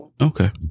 Okay